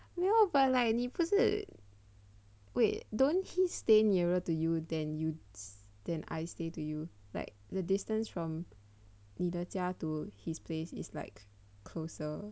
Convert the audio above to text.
没有 but like 你不是 wait don't he stay nearer to you than y~ then I stay to you like the distance from 你的家 to his place is like closer